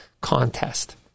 contest